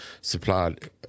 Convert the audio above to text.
supplied